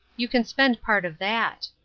you can spend part of that.